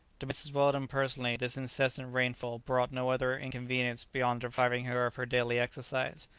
to mrs. weldon personally this incessant rainfall brought no other inconvenience beyond depriving her of her daily exercise,